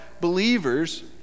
believers